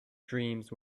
dreams